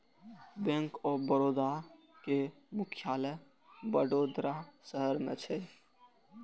bank of Baroda के मुख्यालय वडोदरा शहर मे छै